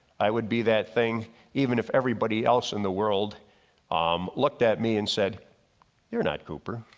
i would be that thing even if everybody else in the world um looked at me and said you're not cooper,